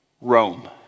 Rome